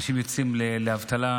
אנשים יוצאים לאבטלה,